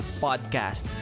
Podcast